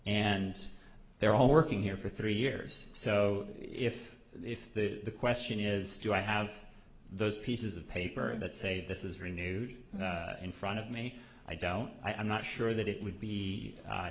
and they're all working here for three years so if if the question is do i have those pieces of paper that say this is renewed in front of me i don't i'm not sure that it would be